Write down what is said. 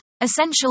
essential